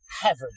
heaven